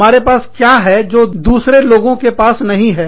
हमारे पास क्या है जो दूसरे लोगों के पास नहीं है